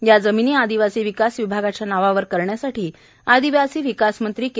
या जमिनी आदिवासी विकास विभागाच्या नावावर करण्यासाठी आदिवासी विकास मंत्री के